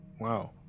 wow